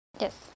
Yes